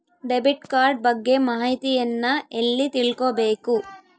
Debit card ಬಗ್ಗೆ ಮಾಹಿತಿಯನ್ನ ಎಲ್ಲಿ ತಿಳ್ಕೊಬೇಕು?